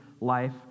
life